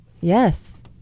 yes